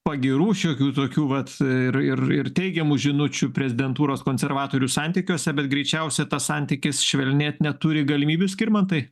pagyrų šiokių tokių vat ir ir ir teigiamų žinučių prezidentūros konservatorių santykiuose bet greičiausia tas santykis švelnėt neturi galimybių skirmantai